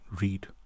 read